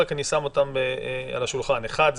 אני שם אותן על השולחן: האחת,